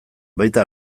baita